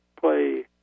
play